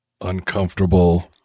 uncomfortable